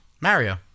Mario